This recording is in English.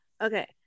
Okay